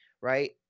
right